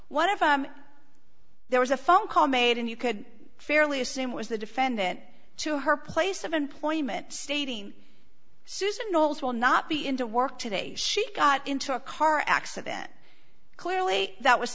if i'm there was a phone call made and you could fairly assume was the defendant to her place of employment stating susan knowles will not be in to work today she got into a car accident clearly that was